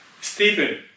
Stephen